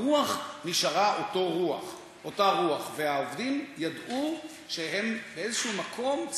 הרוח נשארה אותה רוח והעובדים ידעו שבאיזה מקום הם